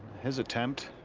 his attempt.